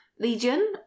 Legion